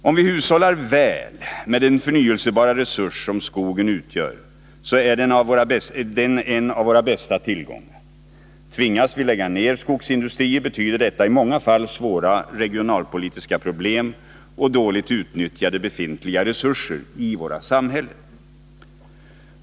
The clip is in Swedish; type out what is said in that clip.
Om vi hushållar väl med den förnyelsebara resurs som skogen utgör så är den en av våra bästa tillgångar. Tvingas vi lägga ned skogsindustrier betyder detta i många fall svåra regionalpolitiska problem och dåligt utnyttjade befintliga resurser i våra samhällen.